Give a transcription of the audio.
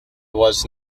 was